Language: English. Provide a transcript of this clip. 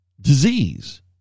disease